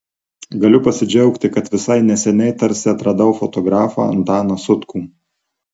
galiu pasidžiaugti kad visai neseniai tarsi atradau fotografą antaną sutkų